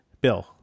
Bill